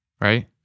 right